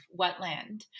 wetland